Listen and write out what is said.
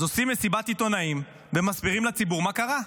אז עושים מסיבת עיתונאים ומסבירים לציבור מה קרה.